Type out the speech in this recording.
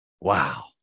wow